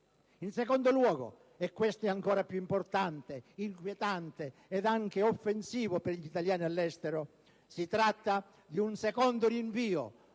In secondo luogo (e questo è ancora più importante, inquietante e anche offensivo per gli italiani all'estero), si tratta di un secondo rinvio